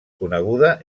coneguda